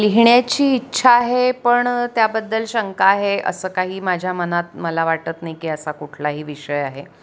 लिहिण्याची इच्छा आहे पण त्याबद्दल शंका आहे असं काही माझ्या मनात मला वाटत नाही की असा कुठलाही विषय आहे